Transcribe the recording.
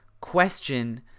question